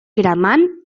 cremant